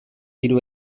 hiru